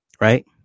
Right